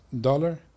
dollar